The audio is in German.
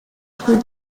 früh